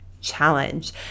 challenge